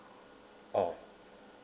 oh